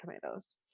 Tomatoes